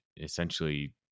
essentially